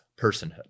personhood